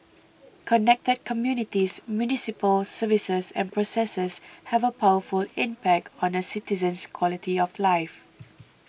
connected communities municipal services and processes have a powerful impact on a citizen's quality of life